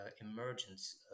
emergence